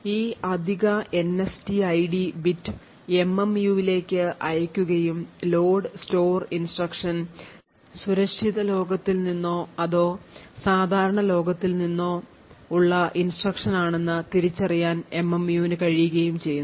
ഈ അധിക NSTID bit MMUവിലേക്ക് അയക്കുകയും loadstore instruction സുരക്ഷിത ലോകത്തിൽ നിന്നോ അതോ സാധാരണ ലോകത്തിൽ നിന്നോ ഉള്ള instruction ആണെന്ന് തിരിച്ചറിയാൻ MMUന് കഴികയും ചെയ്യുന്നു